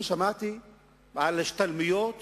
שמעתי על השתלמויות